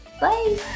bye